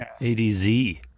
A-D-Z